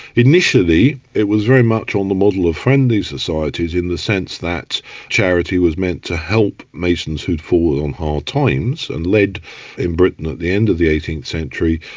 initially, it was very much on the model of friendly societies in the sense that charity was meant to help masons who'd fallen on hard times, and led in britain at the end of the eighteenth century,